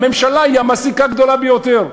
הממשלה היא המעסיקה הגדולה ביותר.